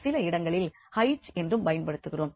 சில இடங்களில் H என்றும் பயன்படுத்துகிறோம்